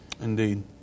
Indeed